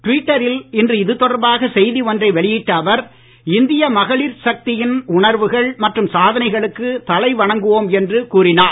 ட்விட்டரில் இன்று இது தொடர்பாக செய்தி ஒன்றை வெளியிட்ட அவர் இந்திய மகளிர் சக்தியின் உணர்வுகள் மற்றும் சாதனைகளுக்கு தலை வணங்குவோம் என்று கூறினார்